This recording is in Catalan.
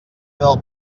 del